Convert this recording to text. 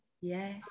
Yes